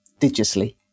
digitally